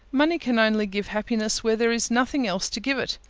money can only give happiness where there is nothing else to give it.